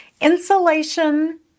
insulation